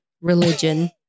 religion